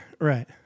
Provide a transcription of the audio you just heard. Right